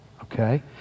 Okay